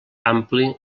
ampli